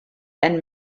and